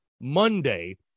Monday